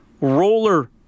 roller